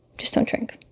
just don't drink